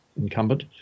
incumbent